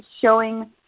showing